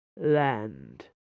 Land